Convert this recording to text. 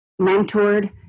mentored